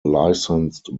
licensed